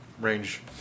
range